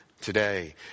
today